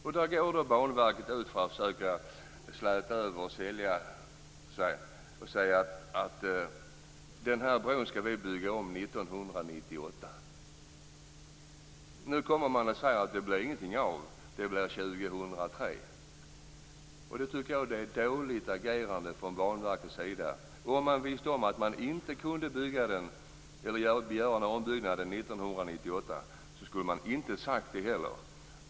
Banverket har gått ut för att försöka släta över och sagt att den här bron skall byggas om 1998. Nu säger man att det inte blir av, utan att det blir år 2003 i stället. Jag tycker att det är ett dåligt agerande från Banverkets sida. Om de visste om att de inte kunde göra en ombyggnad 1998, skulle de inte sagt det heller.